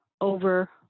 over